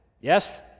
Yes